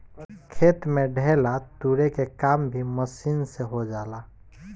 खेत में ढेला तुरे के काम भी मशीन से हो जाला